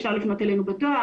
אפשר לפנות אלינו בדואר,